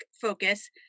focus